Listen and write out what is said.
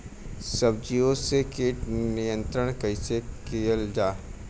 सब्जियों से कीट नियंत्रण कइसे कियल जा?